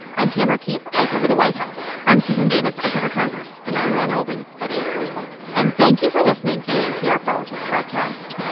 i'm tamara keith. i cover the white house i'm susan davis. i cover congress and i'm ron elving, editor and correspondent and thank you for listening to the npr politics podcast